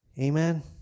Amen